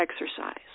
exercise